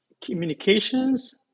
communications